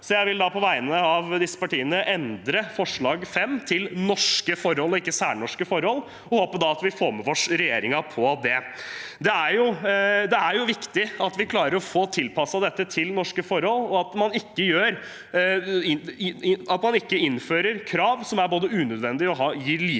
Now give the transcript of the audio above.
jeg vil da på vegne av disse partiene endre forslag nr. 5 fra «særnorske forhold» til «norske forhold», og håper da at vi får med oss regjeringen på det. Det er jo viktig at vi klarer å få tilpasset dette til norske forhold, og at man ikke innfører krav som både er unødvendige og gir liten